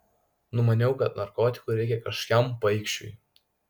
numaniau kad narkotikų reikia kažkokiam paikšiui